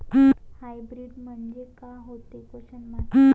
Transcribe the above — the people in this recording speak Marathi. हाइब्रीड म्हनजे का होते?